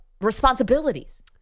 responsibilities